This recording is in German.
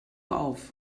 auf